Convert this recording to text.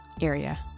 area